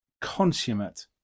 consummate